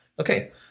okay